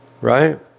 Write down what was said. Right